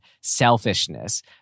selfishness